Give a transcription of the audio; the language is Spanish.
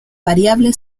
variable